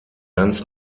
ganz